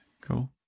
cool